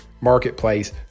marketplace